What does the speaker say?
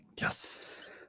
Yes